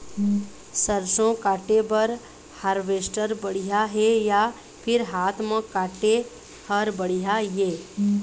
सरसों काटे बर हारवेस्टर बढ़िया हे या फिर हाथ म काटे हर बढ़िया ये?